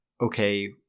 okay